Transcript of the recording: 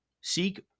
Seek